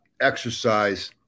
exercise